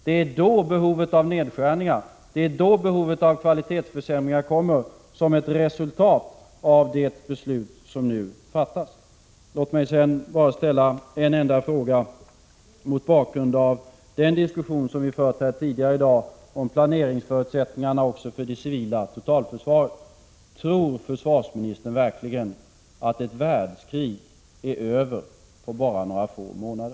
Det är då behovet av nedskärningar och kvalitetsförsämringar kommer, som ett resultat av det beslut som nu fattas. Låt mig sedan bara — mot bakgrund av den diskussion som vi fört här tidigare i dag om planeringsförutsättningarna också för det civila totalförsvaret — ställa en enda fråga: Tror försvarsministern verkligen att ett världskrig är över på bara några få månader?